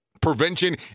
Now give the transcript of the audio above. prevention